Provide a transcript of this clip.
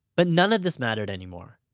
but none of this mattered anymore.